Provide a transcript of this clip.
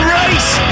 race